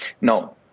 No